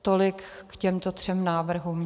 Tolik k těmto třem návrhům.